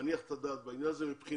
מניח את הדעת בעניין הזה מבחינתי.